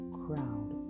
crowd